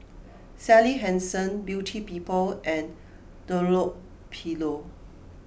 Sally Hansen Beauty People and Dunlopillo